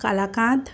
kalakand